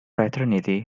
fraternity